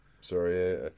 Sorry